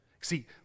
See